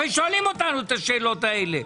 הרי שואלים אותנו את השאלות האלה.